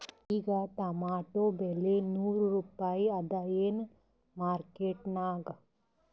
ಈಗಾ ಟೊಮೇಟೊ ಬೆಲೆ ನೂರು ರೂಪಾಯಿ ಅದಾಯೇನ ಮಾರಕೆಟನ್ಯಾಗ?